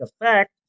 effect